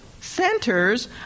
centers